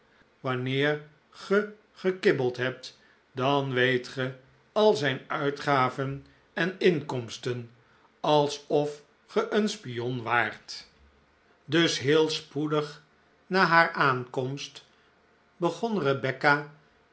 wanneer ge gekibbeld hebt dan weet ge al zijn uitgaven en inkomsten alsof ge een spion waart dus heel spoedig na haar aankomst begon rebecca